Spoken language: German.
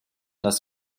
das